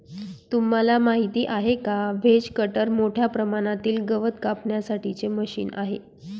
तुम्हाला माहिती आहे का? व्हेज कटर मोठ्या प्रमाणातील गवत कापण्यासाठी चे मशीन आहे